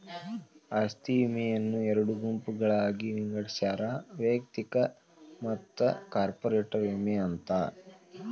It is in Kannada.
ಆಸ್ತಿ ವಿಮೆಯನ್ನ ಎರಡು ಗುಂಪುಗಳಾಗಿ ವಿಂಗಡಿಸ್ಯಾರ ವೈಯಕ್ತಿಕ ಮತ್ತ ಕಾರ್ಪೊರೇಟ್ ವಿಮೆ ಅಂತ